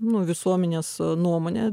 nu visuomenės nuomone